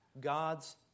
God's